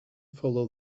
follow